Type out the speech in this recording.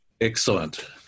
Excellent